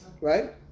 Right